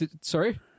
Sorry